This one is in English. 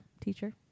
teacher